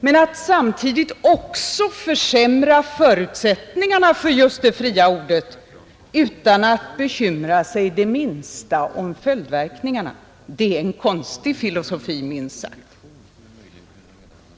Men att samtidigt också försämra förutsättningarna för det fria ordet utan att bekymra sig det minsta om följdverkningarna är en konstig filosofi, minst sagt.